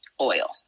oil